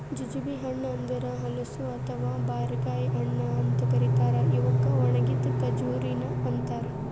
jujube ಹಣ್ಣ ಅಂದುರ್ ಹಲಸು ಅಥವಾ ಬಾರಿಕಾಯಿ ಹಣ್ಣ ಅಂತ್ ಕರಿತಾರ್ ಇವುಕ್ ಒಣಗಿದ್ ಖಜುರಿನು ಅಂತಾರ